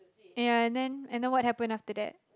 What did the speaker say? ya and then and then what happened after that